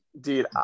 Dude